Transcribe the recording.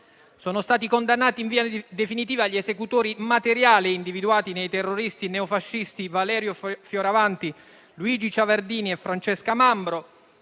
Sono stati condannati in via definitiva gli esecutori materiali, individuati nei terroristi neofascisti Valerio Fioravanti, Luigi Ciavardini e Francesca Mambro,